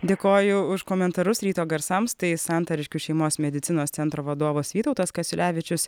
dėkoju už komentarus ryto garsams tai santariškių šeimos medicinos centro vadovas vytautas kasiulevičius